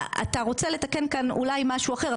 אתה רוצה לתקן כאן אולי משהו אחר,